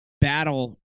battle